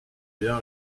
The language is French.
bien